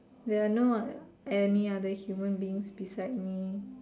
there are no any other human beings beside me